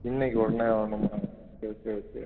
இன்றைக்கி உடனே வரணுமா ஓகே ஓகே ஓகே